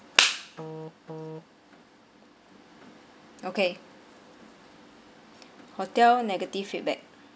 okay hotel negative feedback